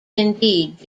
indeed